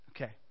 Okay